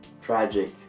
tragic